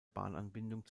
bahnanbindung